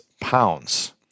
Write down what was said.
pounds